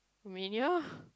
Romania